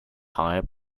higher